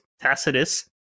Tacitus